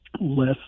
less